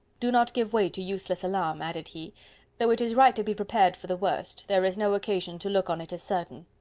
do not give way to useless alarm, added he though it is right to be prepared for the worst, there is no occasion to look on it as certain.